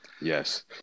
Yes